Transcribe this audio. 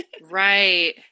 Right